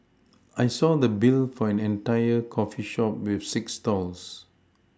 I saw the Bill for an entire coffee shop with six stalls